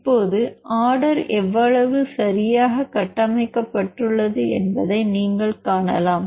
இப்போது ஆர்டர் எவ்வளவு சரியாக கட்டமைக்கப்பட்டுள்ளது என்பதை நீங்கள் காணலாம்